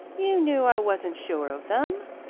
you knew i wasn't sure of them.